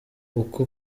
uko